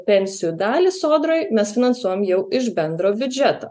pensijų dalį sodrai mes finansuojam jau iš bendro biudžeto